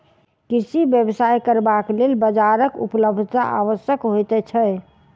कृषि व्यवसाय करबाक लेल बाजारक उपलब्धता आवश्यक होइत छै